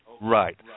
right